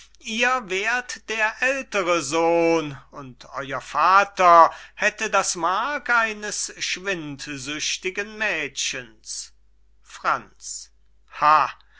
ihr wär't der ältere sohn und euer vater hätte das mark eines schwindsüchtigen mädgens franz ha